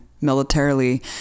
militarily